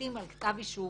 שמחליטים על כתב אישום